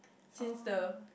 since the